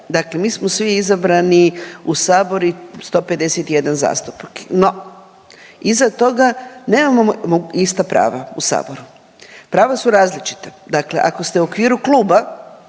Dakle, mi smo svi izabrani u Sabor i 151 zastupnik, no iza toga nemamo ista prava u Saboru, prava su različita. Dakle, ako ste u okviru kluba